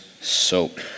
soap